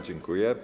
Dziękuję.